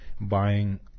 buying